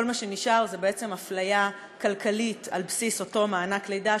כל מה שנשאר זה בעצם אפליה כלכלית על בסיס אותו מענק לידה,